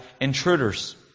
intruders